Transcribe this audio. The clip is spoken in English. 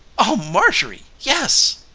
oh, marjorie, yes!